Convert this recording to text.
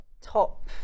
top